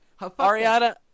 Ariana